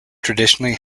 traditionally